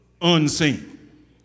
unseen